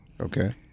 Okay